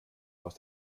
aus